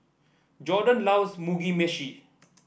Jordon loves Mugi Meshi